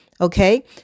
Okay